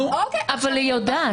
אבל היא יודעת.